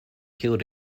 killed